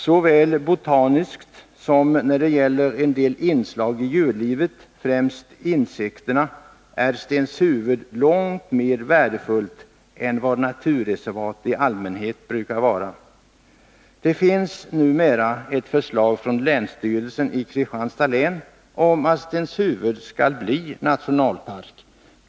Såväl botaniskt som när det gäller en del inslag i djurlivet, främst insekter, är Stenshuvud långt mer värdefullt än vad naturreservat i allmänhet brukar vara. Det finns numera ett förslag från länsstyrelsen i Kristianstads län om att Stenshuvud skall bli nationalpark.